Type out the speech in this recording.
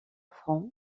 franc